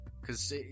cause